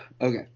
Okay